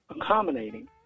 accommodating